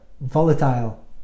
volatile